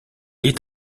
est